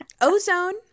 Ozone